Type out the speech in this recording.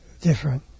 different